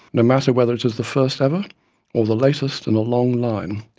no matter whether it is the first ever or the latest in a long line.